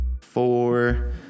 four